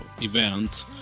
event